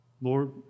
Lord